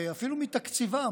ואפילו מתקציבם,